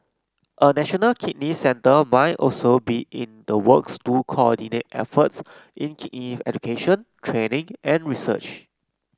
a national kidney centre might also be in the works to coordinate efforts in kidney education training and research